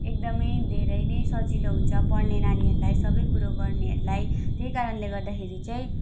एकदमै धेरै ने सजिलो हुन्छ पढ्ने नानीहरूलाई सबै कुरो गर्नेहरूलाई त्यही कारणले गर्दाखेरि चाहिँ